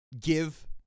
give